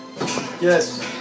Yes